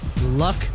luck